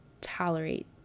tolerate